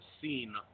seen